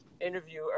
interview